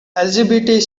lgbt